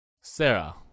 Sarah